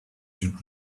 should